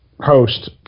host